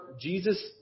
Jesus